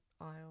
aisle